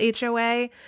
HOA